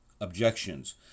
objections